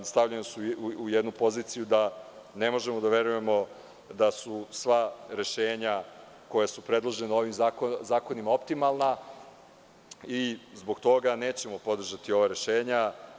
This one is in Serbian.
Stavljeni smo u jednu poziciju da ne možemo da verujemo da su sva rešenja koja su predložena ovim zakonima optimalna i zbog toga nećemo podržati ova rešenja.